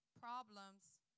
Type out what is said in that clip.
problems